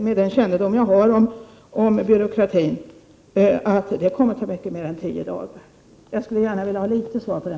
Med min kännedom om byråkratin kommer det att ta mer än tio dagar innan något görs.